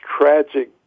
tragic